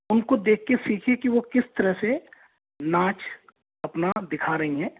उनको देख के सीखिए कि वह किस तरह से नाच अपना दिखा रही हैं